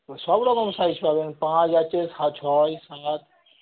তো সব রকম সাইজ পাবেন পাঁচ আছে ছয় সাত